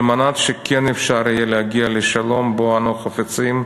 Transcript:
על מנת שכן אפשר יהיה להגיע לשלום שבו אנו חפצים,